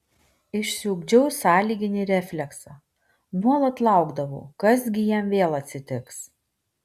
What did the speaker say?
išsiugdžiau sąlyginį refleksą nuolat laukdavau kas gi jam vėl atsitiks